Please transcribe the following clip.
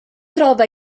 trova